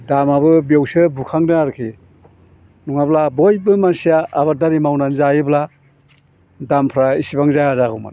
दामआबो बेयावसो बुखांदों आरोखि नङाब्ला बयबो मानसिया आबादारि मावनानै जायोब्ला दामफ्रा इसिबां जाया जागौमोन